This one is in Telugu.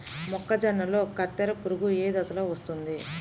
మొక్కజొన్నలో కత్తెర పురుగు ఏ దశలో వస్తుంది?